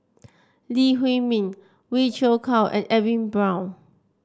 Lee Huei Min Wee Cho call and Edwin Brown